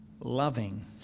loving